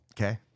Okay